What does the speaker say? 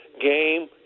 game